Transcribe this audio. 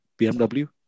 BMW